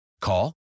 Call